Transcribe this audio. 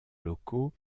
locaux